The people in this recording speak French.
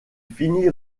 finit